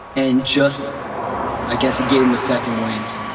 and just i guess it gave him a second wind.